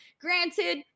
granted